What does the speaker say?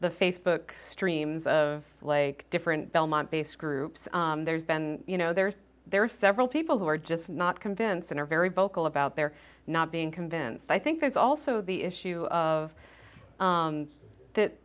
the facebook streams of like different belmont based groups there's been you know there's there are several people who are just not convinced and are very vocal about their not being convince i think there's also the issue of that